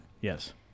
Yes